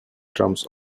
drums